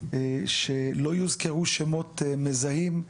שלא יוזכרו שמות מזהים,